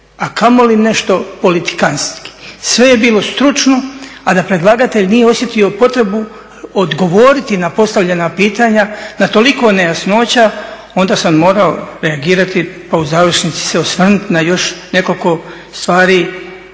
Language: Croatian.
a kamoli nešto politikantski. Sve je bilo stručno, a da predlagatelj nije osjetio potrebu odgovoriti na postavljena pitanja, na toliko nejasnoća, onda sam morao reagirati pa u završnici se osvrnuti na još nekoliko stvari